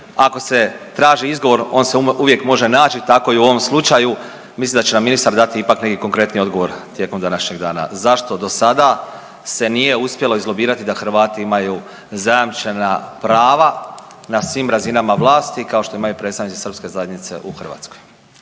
ako se traži izgovor, on se uvijek može naći. Tako i u ovo slučaju, mislim da će nam ministar dati ipak neki konkretni odgovor tijekom današnjeg dana zašto do sada se nije uspjelo izlobirati da Hrvati imaju zajamčena prava na svim razinama vlasti kao što imaju predstavnici srpske zajednice u Hrvatskoj.